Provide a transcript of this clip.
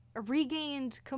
regained